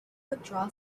withdraw